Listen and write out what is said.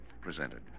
presented